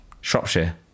Shropshire